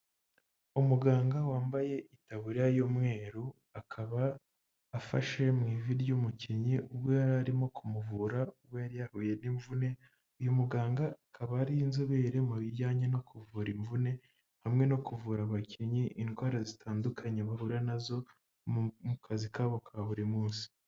Umuganga wambaye itaburiya y'umweru, akaba afashe mu ivi ry'umukinnyi, ubwo yari arimo kumuvura, ubwo yari yahuye n'imvune, uyu muganga akaba ari inzobere mu bijyanye no kuvura imvune, hamwe no kuvura abakinnyi, indwara zitandukanye bahura nazo, mu kazi kabo ka burimunsi.